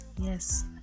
Yes